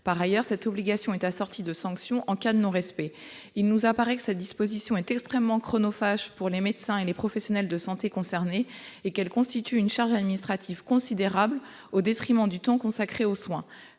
par ailleurs, cette obligation est assorti de sanctions en cas de non-respect, il nous apparaît que cette disposition est extrêmement chronophage pour les médecins et les professionnels de santé concernés et qu'elle constitue une charge administrative considérable au détriment du temps consacré aux soins